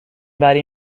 وری